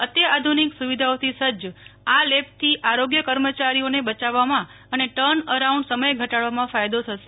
અત્યાધુનિક સુવિધાઓથી સજ્જ આ લેબ્સથી આરોગ્ય કર્મચારીઓને બચાવવામાં અને ટર્નઅરાઉન્ડ સમય ઘટાડવામાં ફાયદો થશે